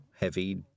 heavy